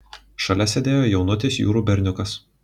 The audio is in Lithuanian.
šalia sėdėjo jaunutis jurų berniukas